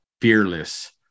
fearless